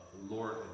lord